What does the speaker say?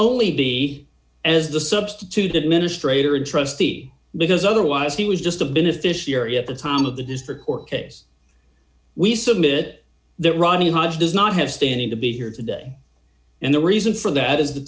only be as the substitute administrator a trustee because otherwise he was just a beneficiary at the time of the district court case we submit that ronnie hodge does not have standing to be here today and the reason for that is the